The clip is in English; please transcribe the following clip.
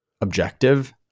objective